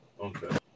Okay